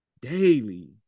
Daily